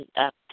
up